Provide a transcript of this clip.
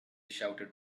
shouted